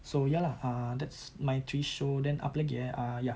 so ya lah ah that's my three show then apa lagi eh ah ya